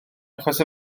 achos